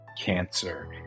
cancer